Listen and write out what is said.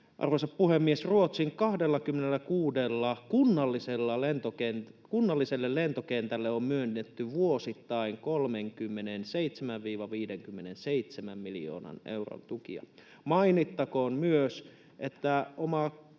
Arvoisa puhemies! Ruotsin 26 kunnalliselle lentokentälle on myönnetty vuosittain 37—57 miljoonan euron tukia. Mainittakoon myös, että oma